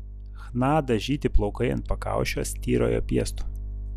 chna dažyti plaukai ant pakaušio styrojo piestu